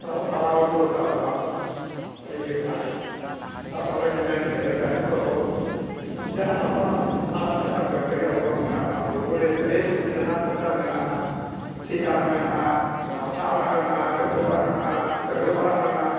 ᱟᱵᱚ ᱛᱟᱲᱟᱣ ᱟᱹᱜᱩ ᱠᱟᱜᱼᱟ ᱵᱚᱱ ᱱᱚᱣᱟ ᱠᱚᱫᱚ ᱟᱹᱰᱤ ᱤᱭᱟᱹ ᱠᱷᱚᱱᱟᱜ ᱜᱮ ᱟᱨ ᱚᱱᱮ ᱠᱚ ᱢᱮᱱ ᱠᱮᱜ ᱞᱮᱠᱟ ᱱᱤᱛᱳᱜ ᱫᱚ ᱡᱟᱦᱟᱱᱟᱜ ᱱᱚᱣᱟ ᱟᱲᱟᱜ ᱥᱟᱠᱟᱢ ᱡᱚᱢ ᱛᱮᱜᱮ ᱟᱵᱚᱫᱚ ᱢᱮᱱᱟᱜ ᱵᱚᱱᱟ ᱵᱩᱨᱩ ᱨᱮ ᱟᱹᱰᱤ ᱨᱚᱠᱚᱢ ᱱᱟᱱᱟ ᱯᱨᱚᱠᱟᱨ ᱢᱮᱱᱟᱜᱼᱟ ᱥᱤᱧ ᱟᱲᱟᱜ ᱢᱮᱱᱟᱜᱼᱟ ᱢᱟᱴᱷᱟ ᱟᱲᱟᱜ ᱢᱮᱱᱟᱜᱼᱟ ᱰᱟᱹᱠᱩ ᱟᱲᱟᱜ ᱢᱮᱱᱟᱜᱼᱟ ᱥᱟᱹᱨᱩ ᱟᱲᱟᱜ ᱢᱮᱱᱟᱜᱼᱟ